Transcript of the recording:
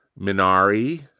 Minari